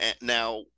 now